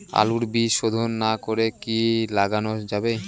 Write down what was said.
আলুর বীজ শোধন না করে কি লাগানো যাবে?